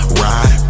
ride